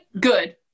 good